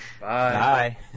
Bye